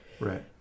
Right